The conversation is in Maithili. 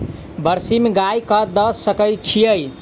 बरसीम गाय कऽ दऽ सकय छीयै?